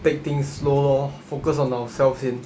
take things slow lor focus on ourselves 先